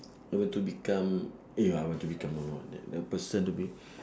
I want to become eh I want to become no no that that person to be